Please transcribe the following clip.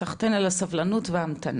סחטיין על הסבלנות וההמתנה.